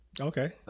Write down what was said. Okay